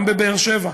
גם בבאר שבע,